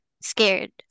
scared